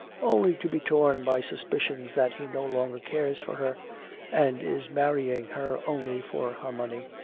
only to be torn by suspicions that he no longer cares for her and is marrying her only for her money.